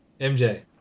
MJ